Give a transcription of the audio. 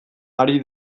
ari